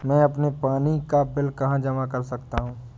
मैं अपने पानी का बिल कहाँ जमा कर सकता हूँ?